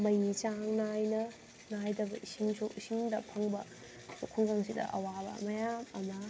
ꯃꯩ ꯆꯥꯡ ꯅꯥꯏꯅ ꯅꯥꯏꯗꯕ ꯏꯁꯤꯡꯁꯨ ꯏꯁꯤꯡꯗ ꯐꯪꯕ ꯈꯨꯡꯒꯪꯁꯤꯗ ꯑꯋꯥꯕ ꯃꯌꯥꯝ ꯑꯃ